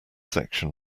section